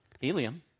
helium